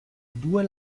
due